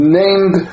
named